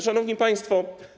Szanowni Państwo!